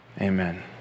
amen